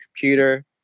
computer